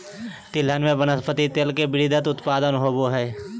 तिलहन में वनस्पति तेल के वृहत उत्पादन होबो हइ